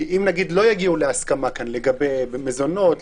אם לא יגיעו להסכמות כאן לגבי מזונות,